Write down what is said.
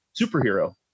superhero